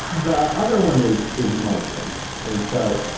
the other one is is muslims. and so,